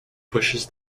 pushes